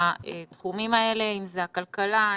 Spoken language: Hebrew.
בתחומים האלה אם זה הכלכלה,